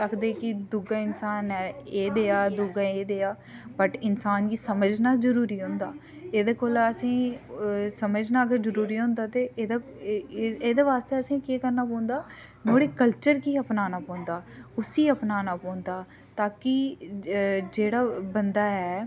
आखदे कि दूआ इंसान ऐ एह् देआ दूआ एह् देआ बट इंसान गी समझना जरूरी होंदा एह्दे कोला असें ई समझना अगर जरूरी होंदा ते एह्दे एह्दे वास्तै असेंई केह् करना पौंदा नुआड़े कल्चर गी अपनाना पौंदा उसी अपनाना पौंदा ताकि जेह्ड़ा बंदा ऐ